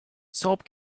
soap